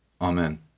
amen